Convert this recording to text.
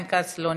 כנסת